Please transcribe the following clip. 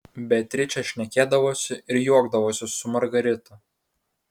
beatričė šnekėdavosi ir juokdavosi su margarita